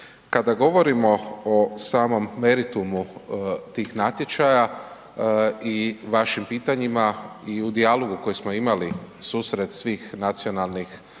Kada govorimo o samom meritumu tih natječaja i vašim pitanjima i u dijalogu koji smo imali, susret svih zastupnika